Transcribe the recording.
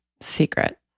secret